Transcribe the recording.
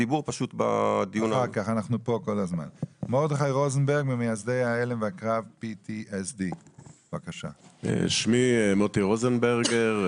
מרדכי רוזנברג ממייסדי ההלם והקרב PTSD. שמי מוטי רוזנברגר,